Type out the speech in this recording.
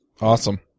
Awesome